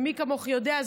ומי כמוך יודעת,